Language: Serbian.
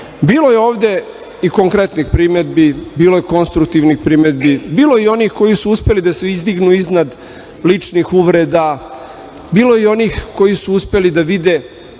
Bilo je ovde i konkretnih primedbi, bilo je konstruktivnih primedbi, bilo je i onih koji su uspeli da se izdignu iznad ličnih uvreda, bilo je i onih koji su uspeli da vide